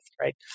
right